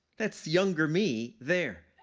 that's younger me, there.